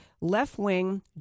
left-wing